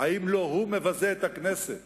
אם לא הוא מבזה את הכנסת